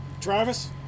Travis